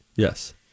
Yes